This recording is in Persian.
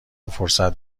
فرصت